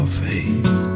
face